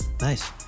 Nice